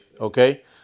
Okay